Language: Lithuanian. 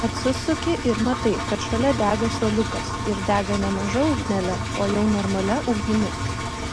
atsisuki ir matai kad šalia dega suoliukas ir dega ne maža ugnele o jau normalia ugnimi